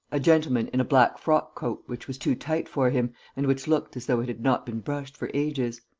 a gentleman in a black frock-coat, which was too tight for him and which looked as though it had not been brushed for ages.